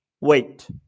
wait